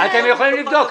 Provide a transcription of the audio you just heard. אתם יכולים לבדוק.